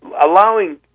allowing